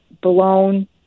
blown